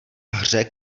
hře